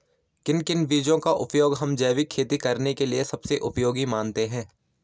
किन किन बीजों का उपयोग हम जैविक खेती करने के लिए सबसे उपयोगी मानते हैं?